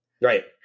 Right